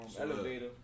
elevator